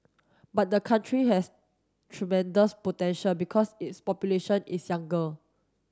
but the country has tremendous potential because its population is younger